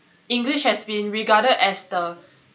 english has been regarded as the